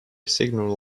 signal